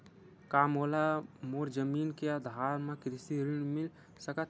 का मोला मोर जमीन के आधार म कृषि ऋण मिल सकत हे?